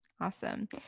Awesome